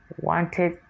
wanted